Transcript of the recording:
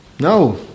No